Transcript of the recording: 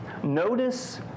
Notice